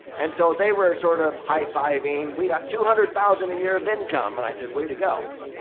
and so, they were sort of high-fiving. we got two hundred thousand a year of income. and i said, way to go.